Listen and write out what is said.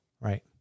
Right